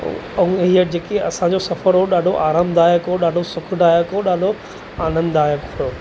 ऐं हीअ जेकी असांजो सफ़रु हुओ ॾाढो अरामदायक हुओ ॾाढो सुखदायक हुओ ॾाढो आनंददायक हुओ